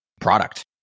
product